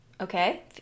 okay